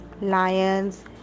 Lions